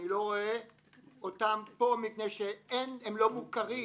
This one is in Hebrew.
אני לא רואה אותם פה, כי הם לא מוכרים,